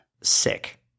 Sick